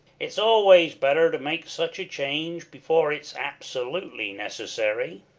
it's always better to make such a change before it's absolutely necessary.